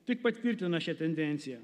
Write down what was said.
tik patvirtina šią tendenciją